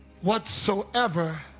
whatsoever